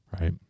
right